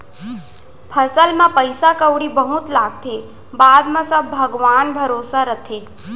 फसल म पइसा कउड़ी बहुत लागथे, बाद म सब भगवान भरोसा रथे